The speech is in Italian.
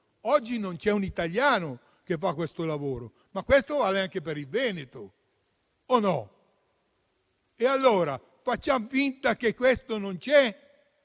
non c'è un italiano che fa questo lavoro. Vale anche per il Veneto, o no? E allora facciamo finta che questo non c'è?